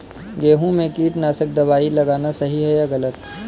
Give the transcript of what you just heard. गेहूँ में कीटनाशक दबाई लगाना सही है या गलत?